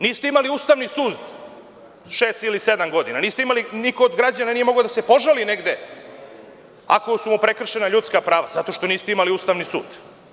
Niste imali Ustavni sud šest ili sedam godina i niko od građana nije mogao da se požali negde ako su mu prekršena ljudska prava, zato što niste imali Ustavni sud.